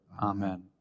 Amen